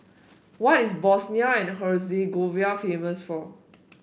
what is Bosnia and Herzegovina famous for